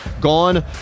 gone